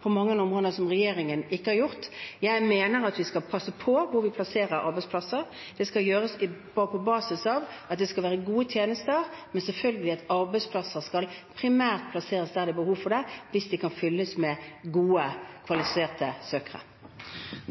på mange områder der regjeringen ikke har besluttet noe. Jeg mener at vi skal passe på hvor vi plasserer arbeidsplasser. Det skal gjøres på basis av at det skal være gode tjenester, men arbeidsplasser skal selvfølgelig primært plasseres der det er behov for dem, hvis de kan fylles med gode, kvalifiserte søkere.